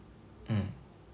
mm